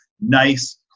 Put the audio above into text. nice